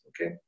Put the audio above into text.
Okay